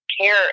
care